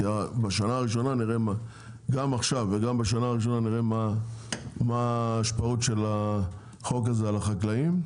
גם עכשיו וגם בשנה הראשונה נראה מה ההשפעות של החוק הזה על החקלאים?